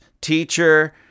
teacher